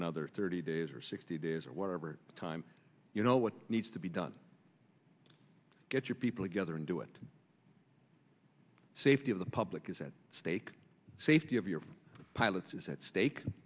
another thirty days or sixty days or whatever time you know what needs to be done get your people together and do it safety of the public is at stake safety of your pilots is at stake